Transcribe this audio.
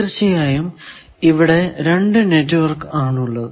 തീർച്ചയായും ഇവിടെ രണ്ടു നെറ്റ്വർക്ക് ആണ് ഉള്ളത്